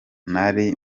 nari